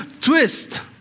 twist